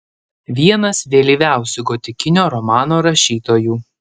vienas vėlyviausių gotikinio romano rašytojų